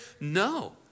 No